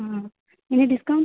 ah any discount